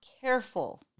careful